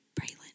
Braylon